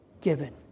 given